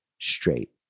straight